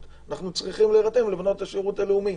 אנחנו צריכים להירתם לבנות השירות הלאומי.